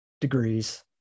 degrees